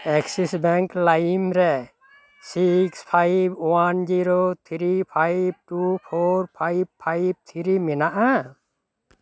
Axis bank ᱞᱟᱭᱤᱢ ᱨᱮ six five one zero three five two four five five three ᱢᱮᱱᱟᱜᱼᱟ